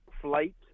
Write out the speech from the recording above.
flight